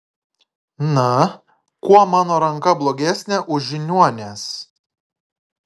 na kuo mano ranka blogesnė už žiniuonės